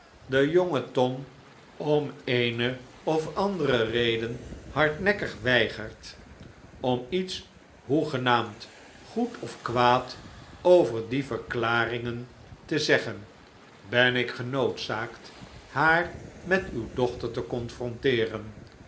de jonge tom om eene of andere reden hardnekkig weigert om iets hoegenaarnd goed of kwaad over die verklaringen te zeggen ben ik genoodzaakt haar met uw dochter te